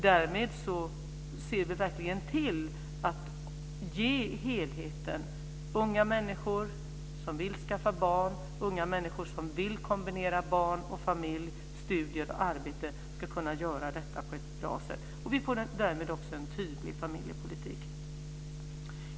Därmed ser vi verkligen till att ge unga människor som vill skaffa barn, unga människor som vill kombinera barn, familj, studier och arbete möjlighet att verkligen göra detta på ett bra sätt. Det ger också en tydlig familjepolitik.